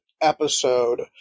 episode